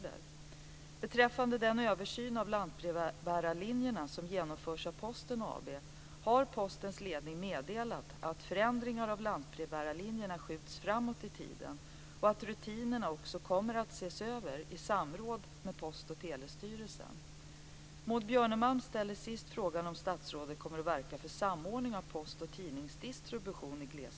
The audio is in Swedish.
Beträffande den översyn av lantbrevbärarlinjerna som genomförs av Posten AB har Postens ledning meddelat att förändringarna av lantbrevbärarlinjerna skjuts framåt i tiden och att rutinerna kommer att ses över i samråd med Post och telestyrelsen. Maud Björnemalm ställer till sist frågan om statsrådet kommer att verka för samordning av post och tidningsdistributionen i glesbygd.